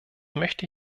möchte